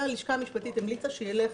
זה הלשכה המשפטית המליצה שילך